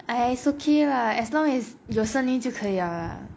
!aiya! it's okay lah as long as 有声音就可以 liao lah